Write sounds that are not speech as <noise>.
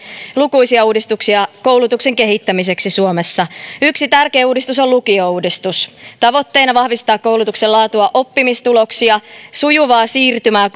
lukuisia uudistuksia koulutuksen kehittämiseksi suomessa yksi tärkeä uudistus on lukiouudistus tavoitteena on vahvistaa koulutuksen laatua oppimistuloksia sujuvaa siirtymää <unintelligible>